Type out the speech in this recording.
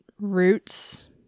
roots